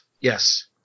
yes